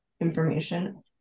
information